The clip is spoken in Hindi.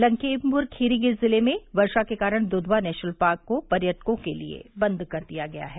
लखीमपुर खीरी जिले में वर्षा के कारण दुधवा नेशनल पार्क को पर्यटकों के लिए बंद कर दिया गया है